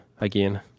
again